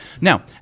Now